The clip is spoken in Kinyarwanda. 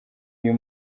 uyu